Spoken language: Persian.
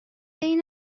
این